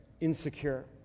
insecure